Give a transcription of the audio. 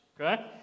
Okay